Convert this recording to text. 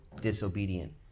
disobedient